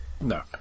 No